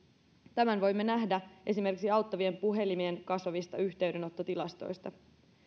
tämän voimme nähdä esimerkiksi auttavien puhelimien kasvavista yhteydenottotilastoista